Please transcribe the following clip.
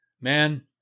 man